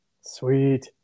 Sweet